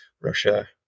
Russia